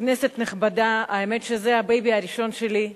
כנסת נכבדה, האמת, שזה הבייבי הראשון שלי,